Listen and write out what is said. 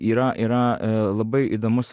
yra yra labai įdomus